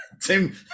Tim